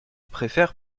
préfère